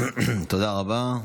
תודה רבה.